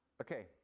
Okay